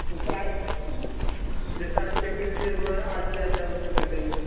जैसे आज जैसे आज चेक कीजिये तो मैं आज ही आ जाऊँ एक घंटे में